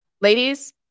Ladies